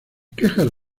quejas